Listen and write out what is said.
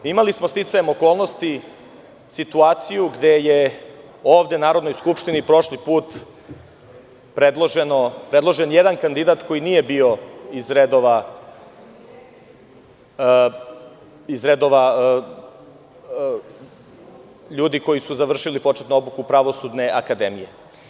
Imali smo, sticajem okolnosti, situaciju gde je ovde, u Narodnoj skupštini, prošli put predložen jedan kandidat koji nije bio iz redova ljudi koji su završili početnu obuku Pravosudne akademije.